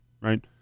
right